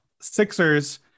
sixers